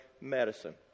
medicine